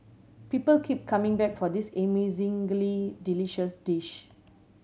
people keep coming back for this amazingly delicious dish